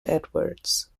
edwards